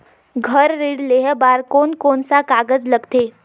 घर ऋण लेहे बार कोन कोन सा कागज लगथे?